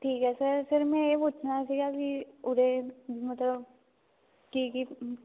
ਠੀਕ ਹੈ sir sir ਮੈਂ ਇਹ ਪੁੱਛਣਾ ਸੀਗਾ ਵੀ ਉਰੇ ਮਤਲਬ ਕੀ ਕੀ